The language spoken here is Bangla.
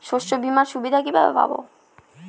শস্যবিমার সুবিধা কিভাবে পাবো?